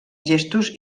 gestos